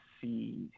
see